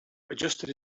adjusted